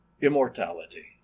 immortality